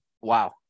Wow